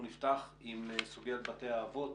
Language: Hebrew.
אנחנו נפתח עם סוגיית בתי האבות.